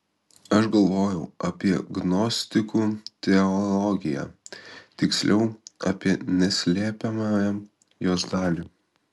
aš galvojau apie gnostikų teologiją tiksliau apie neslepiamąją jos dalį